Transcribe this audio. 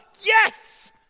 Yes